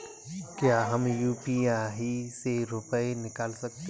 क्या हम यू.पी.आई से रुपये निकाल सकते हैं?